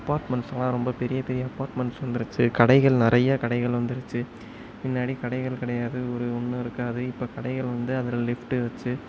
அப்பார்ட்மெண்ட்ஸுலாம் ரொம்ப பெரிய பெரிய அப்பார்ட்மெண்ட்ஸ் வந்துருச்சு கடைகள் நிறையா கடைகள் வந்துடுச்சி முன்னாடி கடைகள் கிடையாது ஒரு ஒன்றும் இருக்காது இப்போ கடைகள் வந்து அதில் லிஃப்ட்டு வச்சு